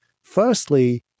Firstly